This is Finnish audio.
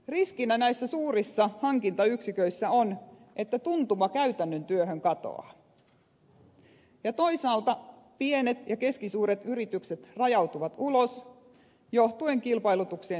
riskinä näissä suurissa hankintayksiköissä on että tuntuma käytännön työhön katoaa ja toisaalta pienet ja keskisuuret yritykset rajautuvat ulos johtuen kilpailutuksien suuruudesta